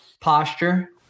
posture